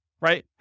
right